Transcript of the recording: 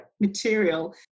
material